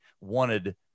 wanted